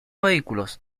vehículos